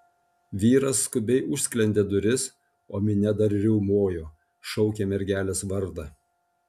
vyras skubiai užsklendė duris o minia dar riaumojo šaukė mergelės vardą